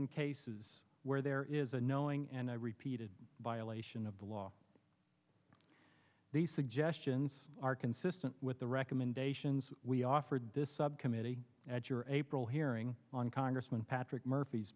in cases where there is a knowing and i repeated violation of the law these suggestions are consistent with the recommendations we offered this subcommittee at your april hearing on congressman patrick murphy